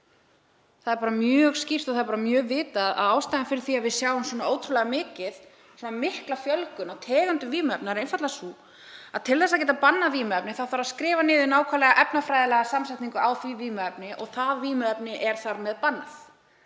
Það er bara mjög skýrt og það er vel vitað að ástæðan fyrir því að við sjáum svona ótrúlega mikla fjölgun á tegundum vímuefna er einfaldlega sú að til þess að geta bannað vímuefni þarf að skrifa niður nákvæma efnafræðilega samsetningu á því vímuefni og það vímuefni er þar með bannað.